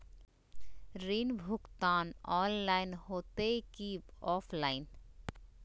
ऋण भुगतान ऑनलाइन होते की ऑफलाइन?